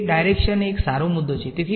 તે ડાયરેક્શન એક સારો મુદ્દો છે